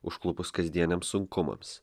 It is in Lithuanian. užklupus kasdieniams sunkumams